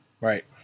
Right